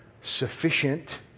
sufficient